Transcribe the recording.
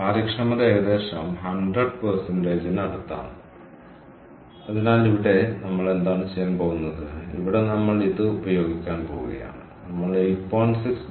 കാര്യക്ഷമത ഏകദേശം 100 ന് അടുത്താണ് അതിനാൽ ഇവിടെ നമ്മൾ എന്താണ് ചെയ്യാൻ പോകുന്നത് ഇവിടെ നമ്മൾ ഇത് ഉപയോഗിക്കാൻ പോകുകയാണ് നമ്മൾ 8